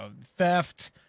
theft